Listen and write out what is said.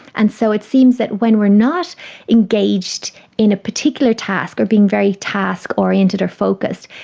and so it seems that when we are not engaged in a particular task or being very task oriented or focused,